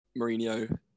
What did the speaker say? Mourinho